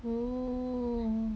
oo